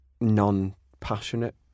non-passionate